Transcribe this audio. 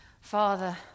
Father